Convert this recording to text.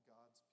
God's